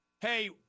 hey